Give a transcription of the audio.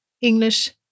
english